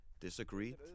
disagreed